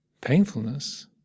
painfulness